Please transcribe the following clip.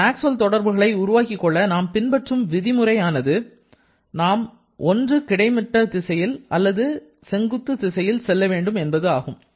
இந்த மாக்ஸ்வல் தொடர்புகளை உருவாக்கிக் கொள்ள நாம் பின்பற்றும் விதிமுறை ஆனது நாம் ஒன்று கிடைமட்ட திசையில் அல்லது செங்குத்து திசையில் செல்ல வேண்டும் என்பது ஆகும்